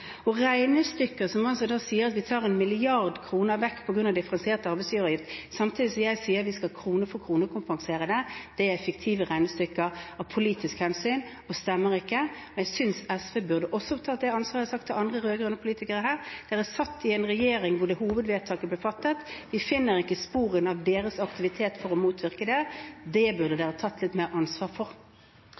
Regnestykker som sier at vi tar 1 mrd. kr vekk på grunn av differensiert arbeidsgiveravgift, samtidig som jeg sier at vi skal kompensere dette krone for krone, er fiktive regnestykker av hensyn til politikk, og de stemmer ikke. Jeg synes også SV burde tatt det ansvaret – som jeg har sagt til andre rød-grønne politikere her – siden man satt i regjering da hovedvedtaket ble fattet. Vi finner ikke spor etter deres aktivitet for å motvirke det vedtaket. Det burde dere tatt litt mer ansvar for.